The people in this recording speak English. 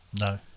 No